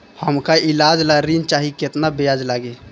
हमका ईलाज ला ऋण चाही केतना ब्याज लागी?